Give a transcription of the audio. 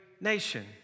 nation